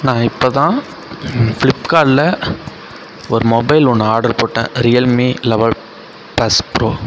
நான் இப்போ தான் ஃபிளிப்கார்ட்டில் ஒரு மொபைல் ஒன்று ஆர்டர் போட்டேன் ரியல்மி லெவல் பிளஸ் ப்ரோ